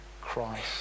Christ